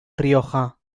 rioja